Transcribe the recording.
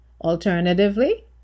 Alternatively